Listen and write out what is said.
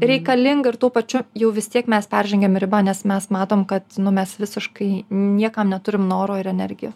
reikalinga ir tuo pačiu jau vis tiek mes peržengiam ribą nes mes matom kad mes visiškai niekam neturim noro ir energijo